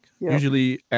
usually